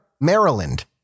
Maryland